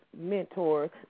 mentors